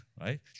right